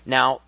Now